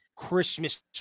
christmas